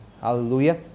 Hallelujah